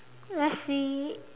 let's see